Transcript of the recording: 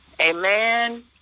Amen